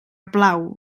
plau